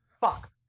Fuck